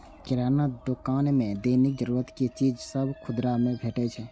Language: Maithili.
किराना दोकान मे दैनिक जरूरत के चीज सभ खुदरा मे भेटै छै